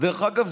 דרך אגב,